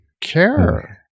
care